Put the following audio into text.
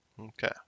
okay